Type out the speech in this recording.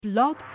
Blog